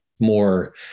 more